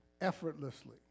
effortlessly